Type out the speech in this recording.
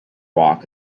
walk